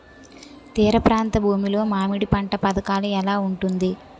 తీర ప్రాంత భూమి లో మామిడి పంట పథకాల ఎలా ఉంటుంది?